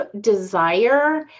desire